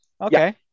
Okay